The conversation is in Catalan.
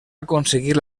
aconseguir